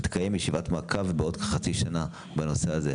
תתקיים ישיבת מעקב בעוד חצי שנה בנושא הזה.